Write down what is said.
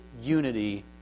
unity